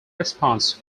response